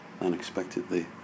Unexpectedly